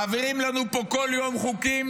מעבירים לנו פה כל יום חוקים,